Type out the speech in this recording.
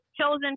chosen